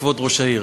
כבוד ראש העיר